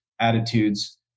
attitudes